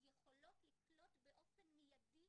יכולות לקלוט באופן מיידי,